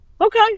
okay